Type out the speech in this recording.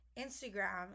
instagram